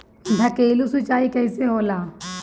ढकेलु सिंचाई कैसे होला?